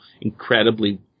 incredibly